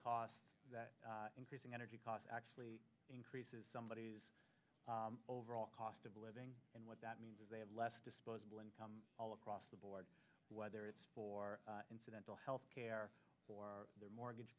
costs increasing energy costs actually increases somebody's overall cost of living and what that means is they have less disposable income all across the board whether it's for incidental health care for their mortgage